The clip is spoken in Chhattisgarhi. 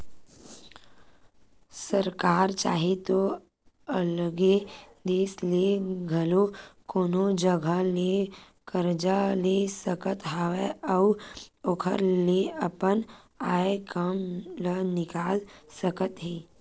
सरकार चाहे तो अलगे देस ले घलो कोनो जघा ले करजा ले सकत हवय अउ ओखर ले अपन आय काम ल निकाल सकत हे